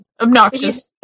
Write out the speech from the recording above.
Obnoxious